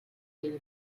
clima